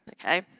okay